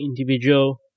individual